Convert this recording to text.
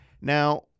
Now